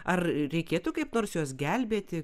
ar reikėtų kaip nors juos gelbėti